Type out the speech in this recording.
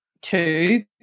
two